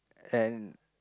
and